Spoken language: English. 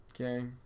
Okay